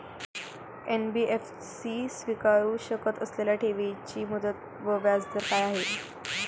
NBFC स्वीकारु शकत असलेल्या ठेवीची मुदत व व्याजदर काय आहे?